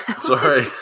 Sorry